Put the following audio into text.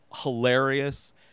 hilarious